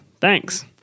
Thanks